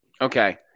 Okay